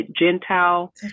Gentile